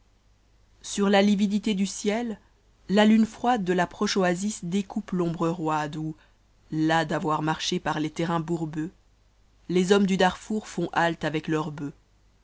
sur la lividité du ciel la lune froide de la proche oasis découpe l'ombre roide ou las d'avoir marché par les terrains bourbeux les hommes du darfour font halte avec leurs bœufs